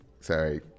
Sorry